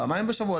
פעמיים בשבוע,